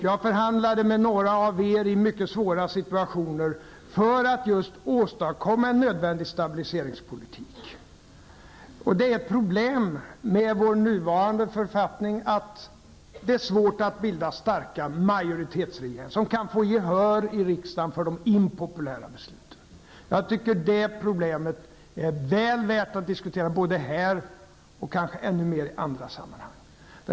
Jag förhandlade med några av er i mycket svåra situationer för att just åstadkomma en nödvändig stabiliseringspolitik. Ett problem med vår nuvarande författning är att det är svårt att bilda starka majoritetsregeringar som kan få gehör i riksdagen för de impopulära besluten. Det är ett problem som är väl värt att diskutera, både här och kanske ännu mer i andra sammanhang.